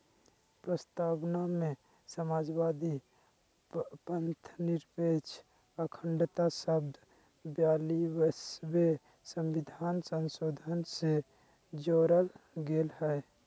प्रस्तावना में समाजवादी, पथंनिरपेक्ष, अखण्डता शब्द ब्यालिसवें सविधान संशोधन से जोरल गेल हइ